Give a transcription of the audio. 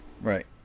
right